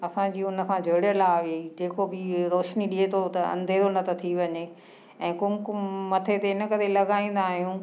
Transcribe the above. असांजी उन खां जुड़ियलु आहे जेको बि इहे रोशनी ॾिए थो त अंधेरो न त थी वञे ऐं कुमकुम मथे ते इन करे लॻाईंदा आहियूं